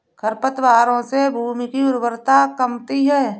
खरपतवारों से भूमि की उर्वरता कमती है